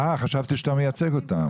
אה, חשבתי שאתה מייצג אותם.